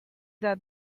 that